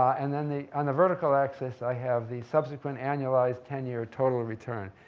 and then they, on the vertical axis, i have the subsequent annualized ten year total return.